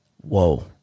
whoa